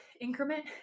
increment